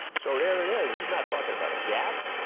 so there it is. he's not talking about a gap.